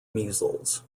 measles